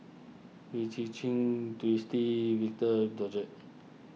Wee Ji Jin Twisstii Victor Doggett